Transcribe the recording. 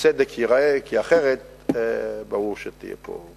הצדק ייראה, כי אחרת ברור שתהיה פה,